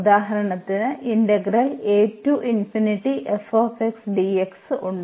ഉദാഹരണത്തിന് ഉണ്ട്